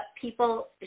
people